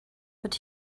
but